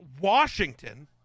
Washington